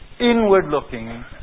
inward-looking